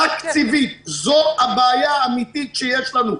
תקציבית זו הבעיה האמיתית שיש לנו.